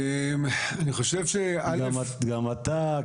אני מודה,